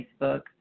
Facebook